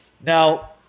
Now